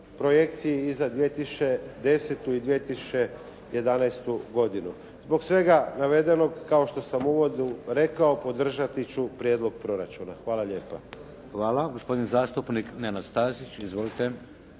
projekciji i za 2010. i 2011. godinu. Zbog svega navedenog kao što sam u uvodu rekao, podržati ću prijedlog proračuna. Hvala lijepa. **Šeks, Vladimir (HDZ)** Hvala. Gospodin zastupnik Nenad Stazić, izvolite.